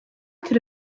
could